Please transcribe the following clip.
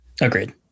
Agreed